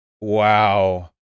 Wow